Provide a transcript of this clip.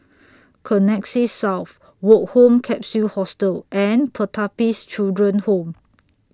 Connexis South Woke Home Capsule Hostel and Pertapis Children Home